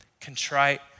contrite